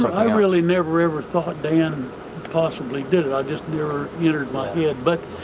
i really never ever thought dan possibly did it. i just never entered my head. but